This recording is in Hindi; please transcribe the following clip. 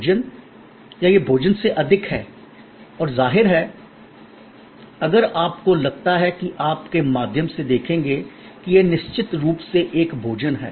भोजन या यह भोजन से अधिक है और जाहिर है अगर आपको लगता है कि आप के माध्यम से देखेंगे कि यह निश्चित रूप से एक भोजन है